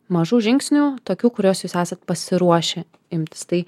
mažų žingsnių tokių kuriuos jūs esat pasiruošę imtis tai